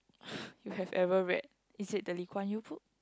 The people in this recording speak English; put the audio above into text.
you have ever read is it the Lee-Kuan-Yew book